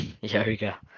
Yoga